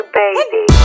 baby